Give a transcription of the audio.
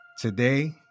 today